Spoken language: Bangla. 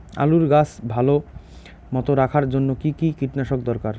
আলুর গাছ ভালো মতো রাখার জন্য কী কী কীটনাশক দরকার?